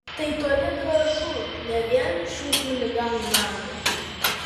tai toli gražu ne vien šių chuliganų darbas